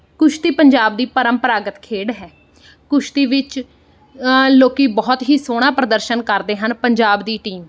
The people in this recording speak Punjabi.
ਕੁਸ਼ਤੀ ਪੰਜਾਬ ਦੀ ਪਰੰਪਰਾਗਤ ਖੇਡ ਹੈ ਕੁਸ਼ਤੀ ਵਿੱਚ ਲੋਕ ਬਹੁਤ ਹੀ ਸੋਹਣਾ ਪ੍ਰਦਰਸ਼ਨ ਕਰਦੇ ਹਨ ਪੰਜਾਬ ਦੀ ਟੀਮ